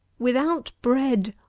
without bread,